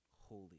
holy